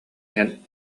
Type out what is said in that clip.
иһэн